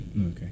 Okay